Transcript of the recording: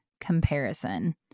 comparison